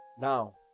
now